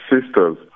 sisters